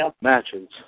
matches